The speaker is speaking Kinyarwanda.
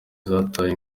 zataye